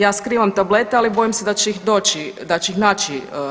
Ja skrivam tablete, ali bojim se da će ih doći, da će ih naći.